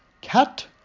cat